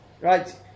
right